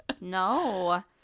no